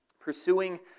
pursuing